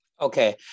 Okay